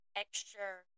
extra